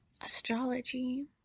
astrology